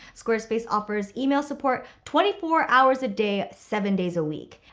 squarespace offers email support twenty four hours a day, seven days a week.